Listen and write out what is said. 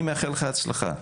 אני מאחל לך הצלחה.